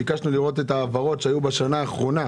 ביקשנו לראות את ההעברות שהיו בשנה האחרונה.